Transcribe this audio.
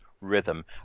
rhythm